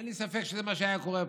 אין לי ספק שזה מה שהיה קורה פה.